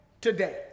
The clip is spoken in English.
today